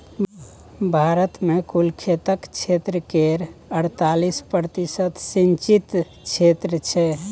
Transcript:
भारत मे कुल खेतक क्षेत्र केर अड़तालीस प्रतिशत सिंचित क्षेत्र छै